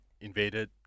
invaded